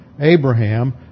Abraham